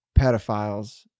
pedophiles